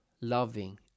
loving